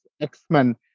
X-Men